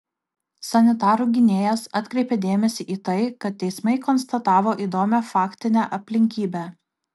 sanitarų gynėjas atkreipė dėmesį į tai kad teismai konstatavo įdomią faktinę aplinkybę